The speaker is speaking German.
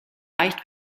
leicht